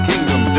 Kingdom